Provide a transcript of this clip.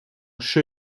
show